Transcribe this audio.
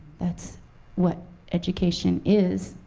that's what education is.